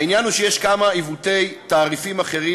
העניין הוא שיש כמה עיוותי תעריפים אחרים,